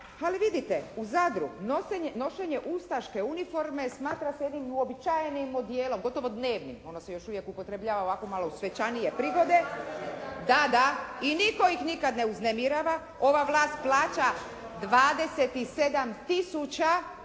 Ali vidite, u Zadru nošenje ustaške uniforme smatra se jednim uobičajenim odijelom, gotovo dnevnim. Ono se još uvijek upotrebljava u ovako malo svečanije prigode i nitko ih nikad ne uznemirava. Ova vlast plaća 27 tisuća